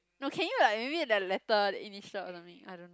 no can you like maybe the letter the initial or something I don't know